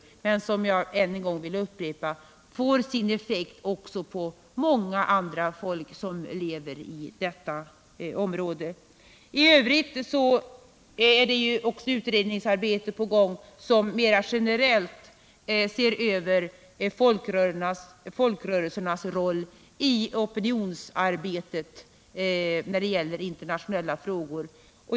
Men jag vill upprepa att detta får sin effekt också på många andra folk som lever i området. Vidare är ett utredningsarbete på gång där man mera generellt ser över folkrörelsernas roll i opinionsarbetet när det gäller internationella frågor.